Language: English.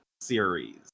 series